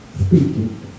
speaking